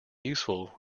useful